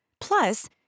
Plus